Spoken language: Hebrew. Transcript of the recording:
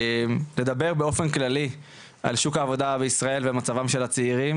נדבר באופן כללי על שוק העבודה ועל מצב הצעירים